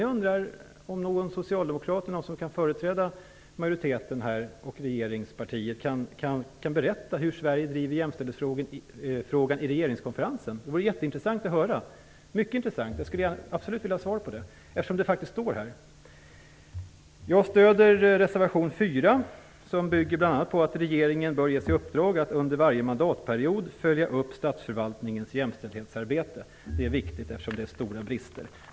Jag undrar om någon socialdemokrat som kan företräda majoriteten och regeringspartiet kan berätta hur Sverige driver jämställdhetsfrågan i regeringskonferensen. Det vore mycket intressant att höra. Jag skulle absolut vilja veta det, eftersom det faktiskt står så här. Jag stöder reservation 4. Den bygger bl.a. på att regeringen bör ges i uppdrag att under varje mandatperiod följa upp statsförvaltningens jämställdhetsarbete. Det är viktigt eftersom det finns stora brister.